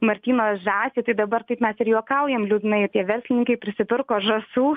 martyno žąsį tai dabar taip mes ir juokaujam liūdnai tie verslininkai prisipirko žąsų